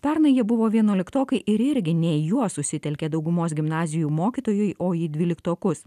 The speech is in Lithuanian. pernai jie buvo vienuoliktokai ir irgi ne į juos susitelkė daugumos gimnazijų mokytojai o į dvyliktokus